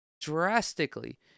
drastically